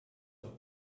auf